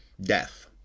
Death